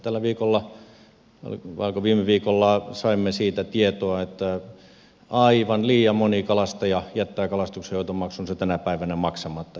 tällä viikolla vai oliko viime viikolla saimme siitä tietoa että aivan liian moni kalastaja jättää kalastuksenhoitomaksunsa tänä päivänä maksamatta